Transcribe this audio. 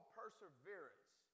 perseverance